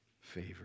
favor